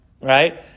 Right